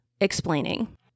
explaining